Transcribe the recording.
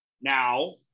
now